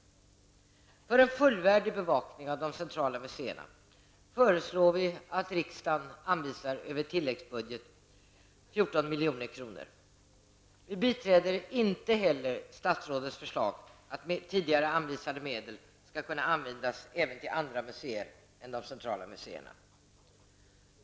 För en fullvärdig bevakning av de centrala museerna, föreslår vi att riksdagen anvisar över tilläggsbudget 14 milj.kr. Vi biträder heller inte statsrådets förslag att tidigare anvisade medel skall kunna användas även till andra museer än de centrala museerna.